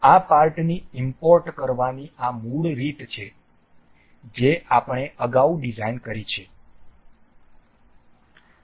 આ પાર્ટની ઈમ્પોર્ટ કરવાની આ મૂળ રીત છે જે આપણે અગાઉ ડિઝાઇન કરી છે